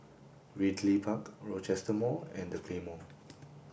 Ridley Park Rochester Mall and The Claymore